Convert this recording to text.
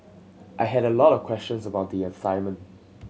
I had a lot of questions about the assignment